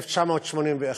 1981,